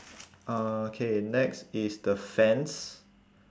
uh K next is the fence